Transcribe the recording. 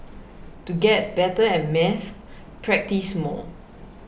to get better at maths practise more